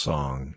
Song